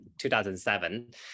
2007